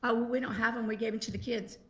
ah we don't have em we gave em to the kids.